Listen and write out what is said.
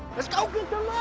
let's go get